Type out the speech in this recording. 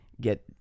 get